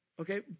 Okay